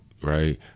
Right